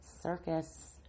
circus